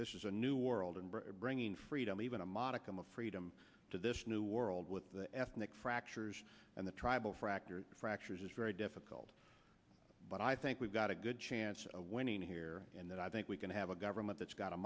this is a new world and bringing freedom even a modicum of freedom to this new world with the ethnic fractures and the tribal fractures fractures is very difficult but i think we've got a good chance of winning here and that i think we can have a government that's got a